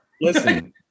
Listen